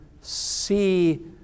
see